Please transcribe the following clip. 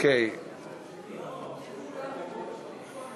ולהעביר את הנושא לוועדת הכלכלה נתקבלה.